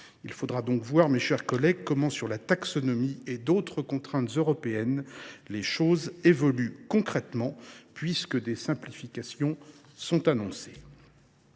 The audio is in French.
Il faudra voir comment, sur la taxonomie et d’autres contraintes européennes, les choses évoluent concrètement puisque des simplifications sont annoncées.